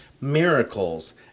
miracles